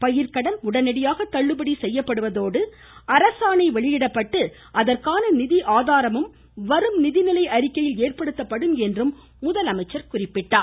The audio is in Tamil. பயிர்க்கடன் தள்ளுபடி செய்யப்படுவதோடு அரசாணை வெளியிடப்பட்டு அதற்கான நிதி ஆதாரமும் வரும் நிதி நிலை அறிக்கையில் ஏற்படுத்தப்படும் என்று தெரிவித்தார்